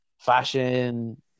fashion